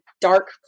dark